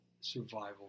survival